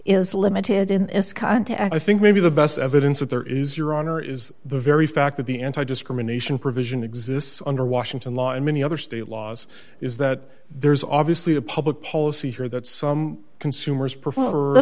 is limited in this context i think maybe the best evidence that there is your honor is the very fact that the anti discrimination provision exists under washington law in many other state laws is that there's obviously a public policy here that some consumers p